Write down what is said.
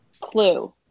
Clue